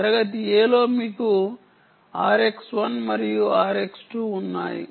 తరగతి A లో మీకు RX 1 మరియు RX 2 ఉన్నాయి